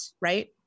right